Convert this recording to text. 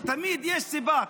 תמיד יש סיבה,